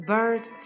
Bird